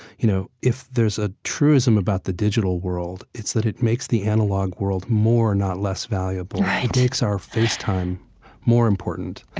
you know, if there's a truism about the digital world it's that it makes the analog world more, not less valuable. it makes our face time more important